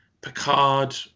Picard